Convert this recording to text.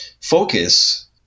Focus